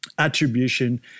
attribution